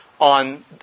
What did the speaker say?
on